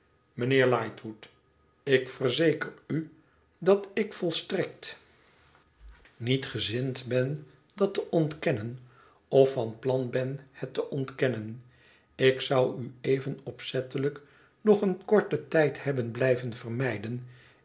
mijnheer lightwood ik verzeker u dat ik volstrekt niet gezind ben dat te ontkennen of van plan ben het te ontkennen ik zou ueven opeettelijk nog een korten tijd hebben blijven vermijden